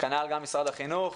כנ"ל גם משרד החינוך.